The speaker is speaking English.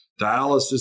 dialysis